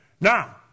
Now